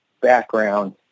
background